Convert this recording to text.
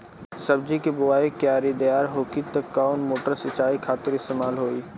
सब्जी के बोवाई क्यारी दार होखि त कवन मोटर सिंचाई खातिर इस्तेमाल होई?